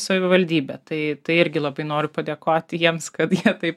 savivaldybe tai tai irgi labai noriu padėkoti jiems kad jie taip